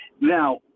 Now